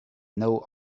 know